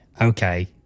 Okay